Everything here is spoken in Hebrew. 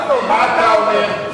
מה אתה אומר?